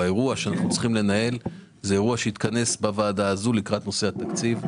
האירוע שאנחנו צריכים לנהל הוא אירוע שיתכנס בוועדה הזאת לקראת התקציב.